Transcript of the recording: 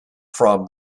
from